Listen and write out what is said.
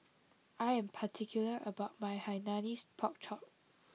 I am particular about my Hainanese Pork Chop